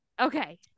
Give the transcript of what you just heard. okay